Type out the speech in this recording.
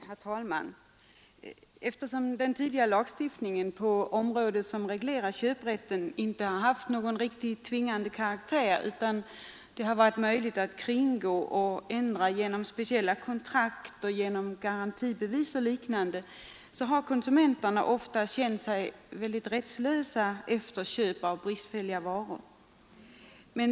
Herr talman! Eftersom den tidigare lagstiftning på detta område som reglerar köprätten inte har haft någon tvingande karaktär utan det har varit möjligt att kringgå och ändra innebörden genom speciella kontrakt samt genom garantibevis och liknande, så har konsumenterna ofta känt sig rättslösa efter köp av bristfälliga varor.